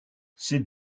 ces